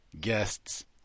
guests